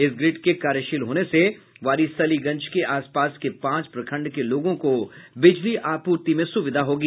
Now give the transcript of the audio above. इस ग्रिड के कार्यशील होने से वारिसलीगंज के आसपास के पांच प्रखंड के लोगों को बिजली आपूर्ति में सुविधा होगी